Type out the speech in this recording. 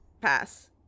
pass